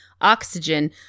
oxygen